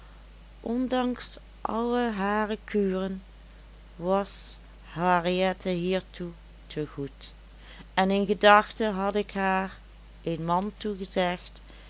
ondanks alle hare kuren was henriette hiertoe te goed en in gedachten had ik haar een man toegezegd